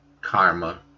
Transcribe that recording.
karma